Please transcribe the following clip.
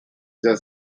does